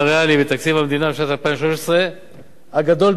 בתקציב המדינה בשנת 2013 הגדול ביותר